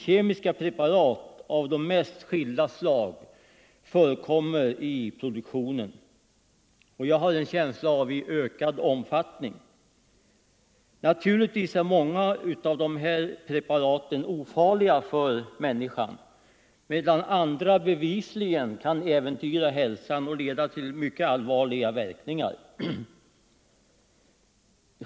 Kemiska preparat av de mest skilda slag förekommer i produktionen, och jag har en känsla av att det sker i ökad omfattning. Naturligtvis är många av de här preparaten ofarliga för människan, medan andra bevisligen kan äventyra hälsan och leda till mycket allvarliga verkningar.